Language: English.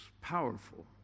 powerful